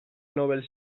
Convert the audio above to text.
nobel